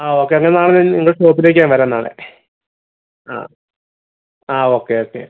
ആ ഓക്കെ അങ്ങനെ നാളെ നിങ്ങളുടെ ഷോപ്പിലേക്ക് ഞാൻ വരാം നാളെ ആ ആ ഓക്കെ ഓക്കെ